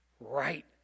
Right